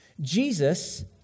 Jesus